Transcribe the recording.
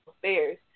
affairs